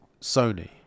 Sony